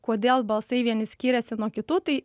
kodėl balsai vieni skyrėsi nuo kitų tai